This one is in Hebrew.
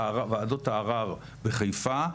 בוועדות הערער בחיפה,